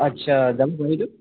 আচ্ছা